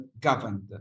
governed